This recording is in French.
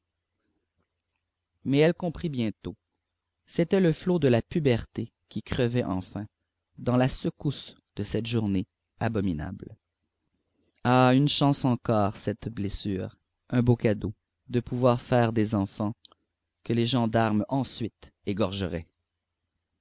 mais elle comprit bientôt c'était le flot de la puberté qui crevait enfin dans la secousse de cette journée abominable ah une chance encore cette blessure un beau cadeau de pouvoir faire des enfants que les gendarmes ensuite égorgeraient